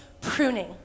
pruning